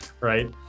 right